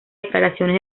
declaraciones